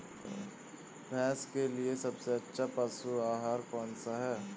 भैंस के लिए सबसे अच्छा पशु आहार कौन सा है?